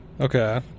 Okay